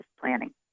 planning